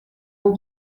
amb